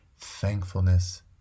thankfulness